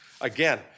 Again